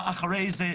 אחרי זה,